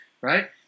right